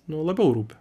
nu labiau rūpi